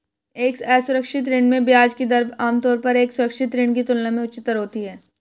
एक असुरक्षित ऋण में ब्याज की दर आमतौर पर एक सुरक्षित ऋण की तुलना में उच्चतर होती है?